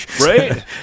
Right